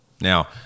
Now